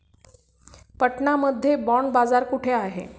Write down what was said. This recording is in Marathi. पटना मध्ये बॉंड बाजार कुठे आहे?